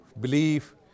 belief